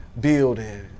Building